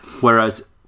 Whereas